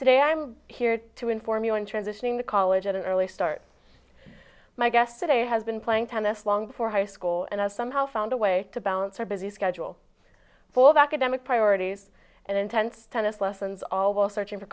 today i'm here to inform you in transitioning the college at an early start my guest today has been playing tennis long before high school and has somehow found a way to balance her busy schedule full of academic priorities and intense tennis lessons all while searching for